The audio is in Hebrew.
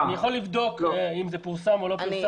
אני יכול לבדוק אם זה פורסם או לא פורסם.